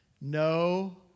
no